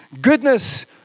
goodness